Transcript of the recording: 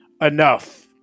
Enough